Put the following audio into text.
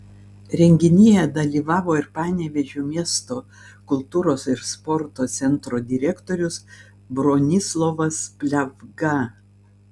renginyje dalyvavo ir panevėžio miesto kultūros ir sporto centro direktorius bronislovas pliavga